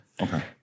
Okay